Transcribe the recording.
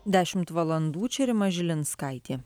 dešimt valandų čia rima žilinskaitė